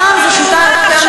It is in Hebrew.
הפעם זאת שיטה, נו, מה עכשיו?